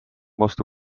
vastu